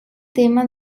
tema